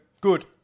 good